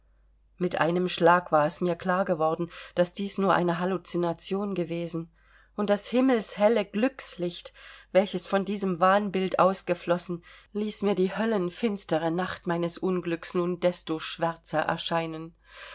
mit einem schlag war es mir klar geworden daß dies nur eine hallucination gewesen und das himmelshelle glückslicht welches von diesem wahnbild ausgeflossen ließ mir die höllenfinstere nacht meines unglücks nun desto schwärzer erscheinen